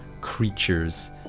creatures